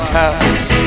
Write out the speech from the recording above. house